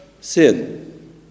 sin